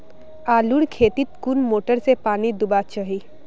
आलूर खेतीत कुन मोटर से पानी दुबा चही?